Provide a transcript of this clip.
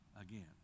again